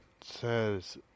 says